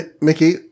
Mickey